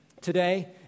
today